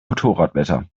motorradwetter